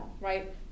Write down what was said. right